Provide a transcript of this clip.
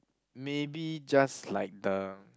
maybe just like the